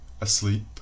Asleep